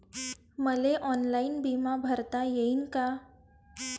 मले ऑनलाईन बिमा भरता येईन का?